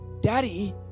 Daddy